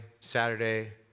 Saturday